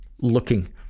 looking